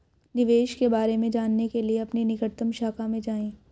निवेश के बारे में जानने के लिए अपनी निकटतम शाखा में जाएं